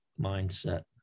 mindset